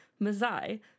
Mazai